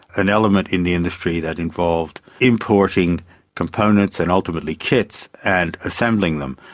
an element in the industry that involved importing components and ultimately kits and assembling them.